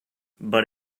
but